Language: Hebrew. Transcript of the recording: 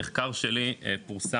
המחקר שלי פורסם,